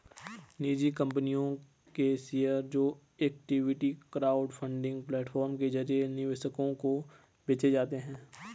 निजी कंपनियों के शेयर जो इक्विटी क्राउडफंडिंग प्लेटफॉर्म के जरिए निवेशकों को बेचे जाते हैं